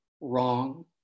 wrong